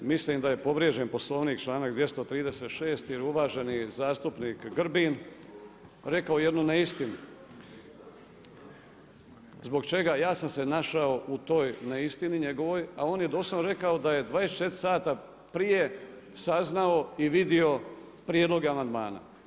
Mislim da je povrijeđen Poslovnik čl. 236., jer uvaženi zastupnik Grbin rekao jednu neistinu, zbog čega ja sam se našao u toj neistini njegovoj, a on je doslovno rekao, da je 24 sata prije saznao i vidio prijedloge amandmana.